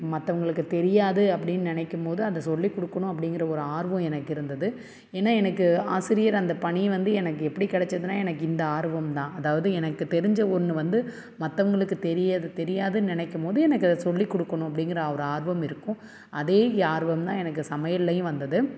மற்றவுங்களுக்கு தெரியாது அப்படின்னு நினைக்கும் போது அதை சொல்லி கொடுக்குணும் அப்படிங்கிற ஒரு ஆர்வம் எனக்கு இருந்தது ஏன்னால் எனக்கு ஆசிரியர் அந்த பணி வந்து எனக்கு எப்படி கிடச்சதுன்னா எனக்கு இந்த ஆர்வம் தான் அதாவது எனக்கு தெரிஞ்ச ஒன்று வந்து மற்றவுங்களுக்கு தெரியது தெரியாதுன்னு நினைக்கும் போது எனக்கு அதை சொல்லி கொடுக்கணும் அப்படிங்கிற ஒரு ஆர்வம் இருக்கும் அதே ஆர்வம் தான் எனக்கு சமையல்லேயும் வந்தது